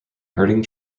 herding